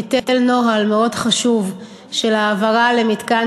ביטל נוהל מאוד חשוב של העברה למתקן